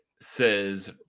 Says